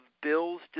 Bill's